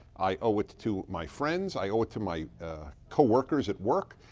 i owe it to my friends. i owe it to my co-workers at work.